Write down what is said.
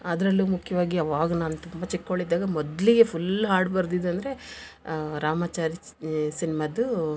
ಅದರಲ್ಲೂ ಮುಖ್ಯವಾಗಿ ಅವಾಗ ನಾನು ತುಂಬಾ ಚಿಕ್ಕವಳಿದ್ದಾಗ ಮೊದಲಿಗೆ ಫುಲ್ ಹಾಡು ಬರ್ದಿದ್ದಂದರೆ ರಾಮಾಚಾರಿ ಸಿನೆಮಾದು